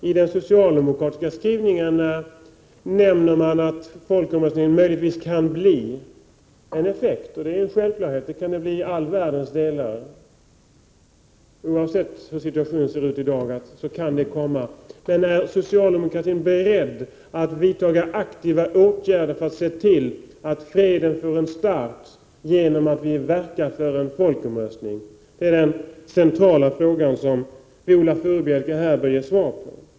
I de socialdemokratiska skrivningarna nämns att folkomröstningen möjligtvis kan bli en effekt. Det är en självklarhet, det kan de bli i all världens delar, oavsett hur situationen ser ut i dag. Men är socialdemokraterna beredda att vidta aktiva åtgärder för att se till att freden får en start, genom att vi verkar för en folkomröstning? Det är den centrala frågan, som Viola Furubjelke bör ge svar på.